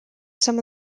some